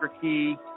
Key